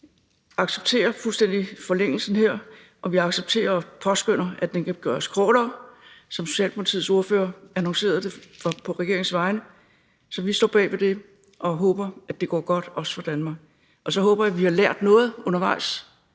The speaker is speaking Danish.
vi accepterer fuldstændig forlængelsen her, og vi accepterer og påskønner, at den kan gøres kortere, som Socialdemokratiets ordfører annoncerede det på regeringens vegne. Vi står bag det og håber, at det går godt, også for Danmark. Og så håber jeg, vi har lært noget undervejs,